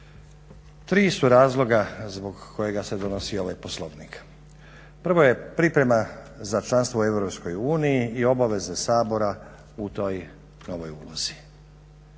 Tri su razloga zbog kojega se donosi ovaj Poslovnik. Prvo je priprema za članstvo u Europskoj uniji i obaveze Sabora u toj novoj ulozi.